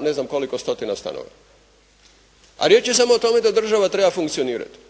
ne znam koliko stotina stanova. A riječ je samo o tome da država treba funkcionirati.